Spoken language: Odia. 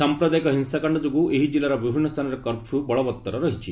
ସାଂପ୍ରଦାୟିକ ହିଂସାକାଣ୍ଡ ଯୋଗୁଁ ଏହି ଜିଲ୍ଲାର ବିଭିନ୍ନ ସ୍ଥାନରେ କର୍ଫ୍ୟୁ ବଳବତ୍ତର ରହିଛି